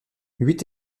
huit